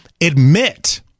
admit